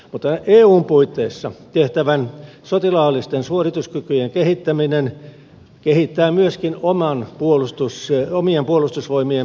mutta eun puitteissa tehtävä sotilaallisten suorituskykyjen kehittäminen kehittää myöskin omien puolustusvoimiemme kykyjä